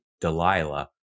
Delilah